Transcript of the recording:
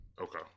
okay